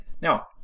now